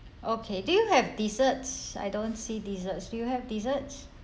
okay do you have desserts I don't see desserts do you have desserts